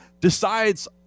decides